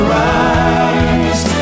rise